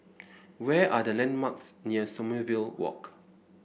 where are the landmarks near Sommerville Walk